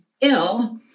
ill